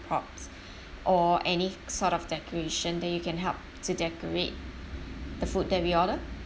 props or any sort of decoration that you can help to decorate the food that we order